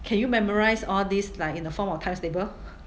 can you memorise all these like in the form of times table